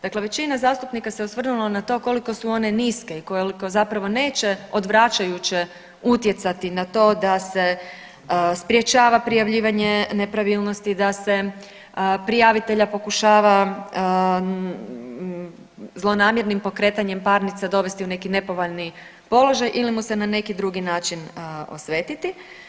Dakle, većina zastupnika se osvrnula na to koliko su one niske i koliko zapravo neće odvračajuće utjecati na to da se sprječava prijavljivanje nepravilnosti, da se prijavitelja pokušava zlonamjernim pokretanjem parnica dovesti u neki nepovoljni položaj ili mu se na neki drugi način osvetiti.